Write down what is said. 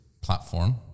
platform